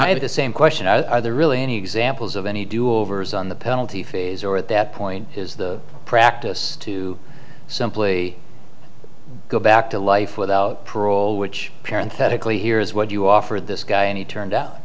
have the same question i there really any examples of any do overs on the penalty phase or at that point is the practice to simply go back to life without parole which parent thetic lee here is what you offered this guy and he turned out